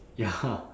ya